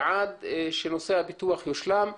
ועד שנושא הפיתוח יושלם,